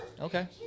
Okay